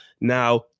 now